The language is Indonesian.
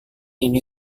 ini